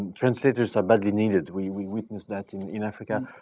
translators are badly needed. we we witnessed that in africa.